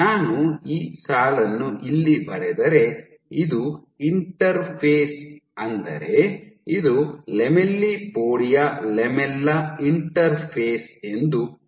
ನಾನು ಈ ಸಾಲನ್ನು ಇಲ್ಲಿ ಬರೆದರೆ ಇದು ಇಂಟರ್ಫೇಸ್ ಅಂದರೆ ಇದು ಲ್ಯಾಮೆಲ್ಲಿಪೋಡಿಯಾ ಲ್ಯಾಮೆಲ್ಲಾ ಇಂಟರ್ಫೇಸ್ ಎಂದು ಊಹಿಸೋಣ